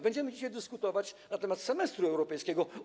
Będziemy dzisiaj dyskutować na temat semestru europejskiego.